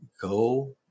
Go